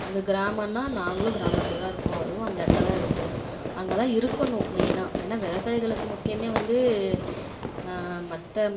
அது கிராமம்னா நாங்களும் கிராமத்தில் தான் இருக்கோம் அதுவும் அந்த இடத்துல தான் இருக்கும் அங்கே தான் இருக்கணும் மெயினாக ஏன்னா விவசாயிகளுக்கு முக்கியம் வந்து மற்ற